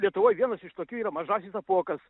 lietuvoj vienas iš tokių yra mažasis apuokas